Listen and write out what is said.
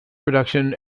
production